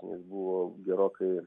jis buvo gerokai